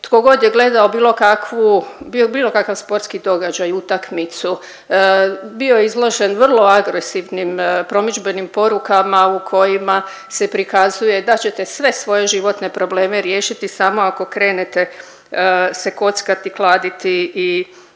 tkogod je gledao bilo kakvu, bilo kakav sportski događaj, utakmicu bio je izložen vrlo agresivnim promidžbenim porukama u kojima se prikazuje da ćete sve svoje životne probleme riješiti samo ako krenete se kockati, kladiti i